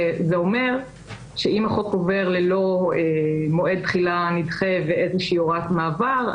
זה אומר שאם החוק עובר ללא מועד תחילה נדחה ואיזה שהיא הוראת מעבר,